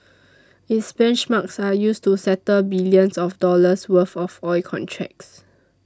its benchmarks are used to settle billions of dollars worth of oil contracts